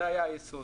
זה היה היסוד.